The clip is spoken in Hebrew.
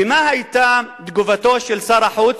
ומה היתה תגובתו של שר החוץ?